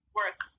work